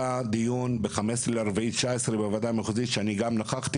היה דיון ב-15.4.2019 בוועדה המחוזית שנכחתי